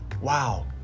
Wow